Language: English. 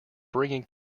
bringing